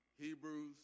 Hebrews